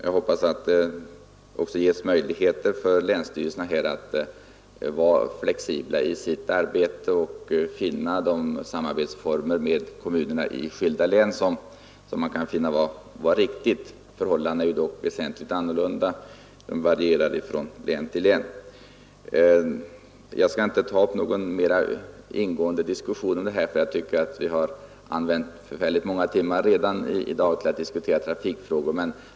Jag hoppas att det också ges möjlighet för de olika länsstyrelserna att vara flexibla i sitt arbete och finna de samarbetsformer med kommunerna som kan vara riktiga. Förhållandena är dock väsentligt annorlunda, de varierar från län till län. Jag skall inte ta upp någon mer ingående diskussion om detta, ty jag tycker att vi har använt många timmar i dag för att diskutera trafikfrågor.